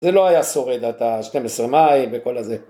זה לא היה שורד עד ה-12 מאי וכל הזה.